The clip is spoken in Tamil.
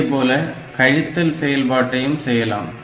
இதேபோல கழித்தல் செயல்பாட்டையும் செய்யலாம்